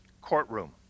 courtroom